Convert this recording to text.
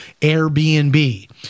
Airbnb